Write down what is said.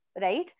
right